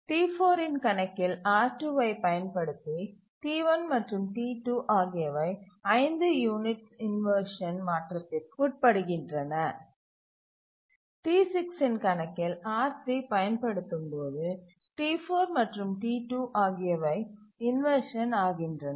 T4 இன் கணக்கில் R2 ஐப் பயன்படுத்தி T1 மற்றும் T2 ஆகியவை 5 யூனிட்ஸ் இன்வர்ஷன் மாற்றத்திற்கு உட்படுகின்றன T6 இன் கணக்கில் R3 பயன்படுத்தும்போது T4 மற்றும் T2 ஆகியவை இன்வர்ஷன் ஆகின்றன